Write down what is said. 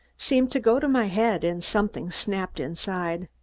seemed to go to my head and something snapped inside.